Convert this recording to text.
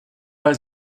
weil